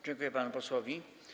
Dziękuję panu posłowi.